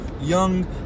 young